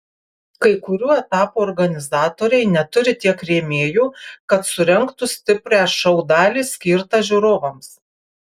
kai kurių etapų organizatoriai neturi tiek rėmėjų kad surengtų stiprią šou dalį skirtą žiūrovams